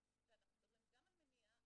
ואנחנו מדברים גם על מניעה,